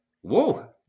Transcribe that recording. whoa